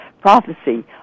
prophecy